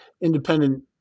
independent